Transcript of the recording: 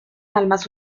almas